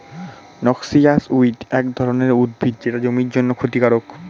noxious weed এক ধরনের উদ্ভিদ যেটা জমির জন্যে ক্ষতিকারক